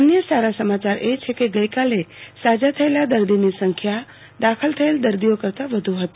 અન્ય સારા સમાચાર એ છે કે ગઈકાલે સાજા થયેલા દર્દીનો સંખ્યા દાખલ થયેલ દર્દીઓ કરતાં વધુ હતી